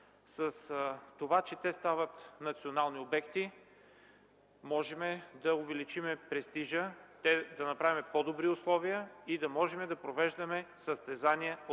С това, че те стават национални обекти, можем да увеличим престижа, да създадем по-добри условия и да можем да провеждаме състезания от